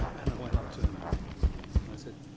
and i went up to him and i said,